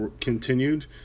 continued